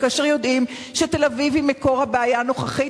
כאשר יודעים שתל-אביב היא מקור הבעיה הנוכחית,